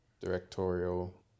directorial